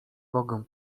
mogę